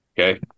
Okay